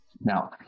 Now